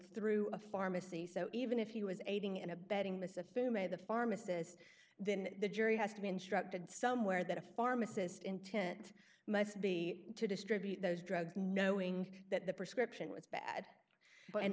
through a pharmacy so even if he was aiding and abetting this if in may the pharmacist then the jury has to be instructed somewhere that a pharmacist intent must be to distribute those drugs knowing that the prescription was bad